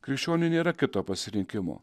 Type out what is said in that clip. krikščioniui nėra kito pasirinkimo